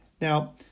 Now